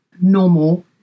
normal